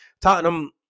Tottenham